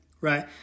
right